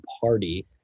party